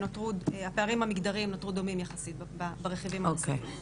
הפערים המגדריים נותרו דומים יחסית ברכיבים הנוספים.